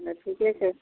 ठीके छै